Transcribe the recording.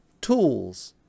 tools